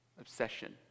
obsession